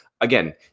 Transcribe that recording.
Again